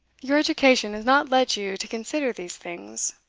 your education has not led you to consider these things,